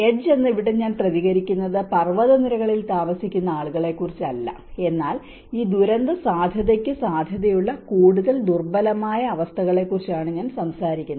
edge ഇവിടെ ഞാൻ പ്രതികരിക്കുന്നത് പർവതനിരകളിൽ താമസിക്കുന്ന ആളുകളെക്കുറിച്ചല്ല എന്നാൽ ഈ ദുരന്തസാധ്യതയ്ക്ക് സാധ്യതയുള്ള കൂടുതൽ ദുർബലമായ അവസ്ഥകളെക്കുറിച്ചാണ് ഞാൻ സംസാരിക്കുന്നത്